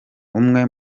umwe